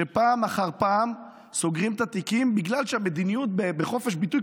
פעם אחר פעם סוגרים את התיקים בגלל שהמדיניות בחופש ביטוי,